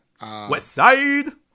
Westside